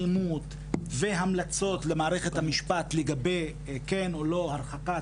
אלימות והמלצות למערכת המשפט לגבי כן או לא הרחקה,